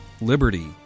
liberty